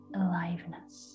aliveness